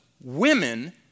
women